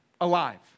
alive